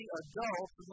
adults